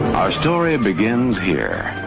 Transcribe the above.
our story begins here,